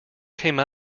came